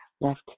left